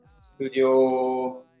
studio